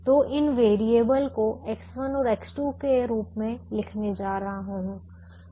तो मैं इन वेरिएबल को X1 और X2 के रूप में लिखने जा रहा हूं